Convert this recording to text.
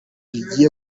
rigiye